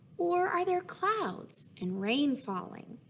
or are there clouds, and rain falling?